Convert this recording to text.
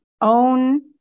own